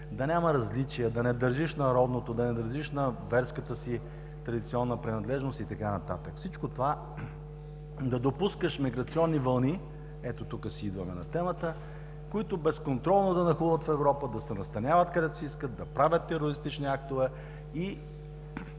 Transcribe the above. да няма различия, да не държиш на народното, да не държим на верската си традиционна принадлежност и така нататък, да допускаш миграционни вълни – ето тук си идваме на темата, които безконтролно да нахлуват в Европа, да се настаняват където си искат, да правят терористични актове и